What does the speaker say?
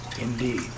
indeed